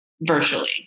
virtually